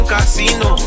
Casino